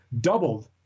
doubled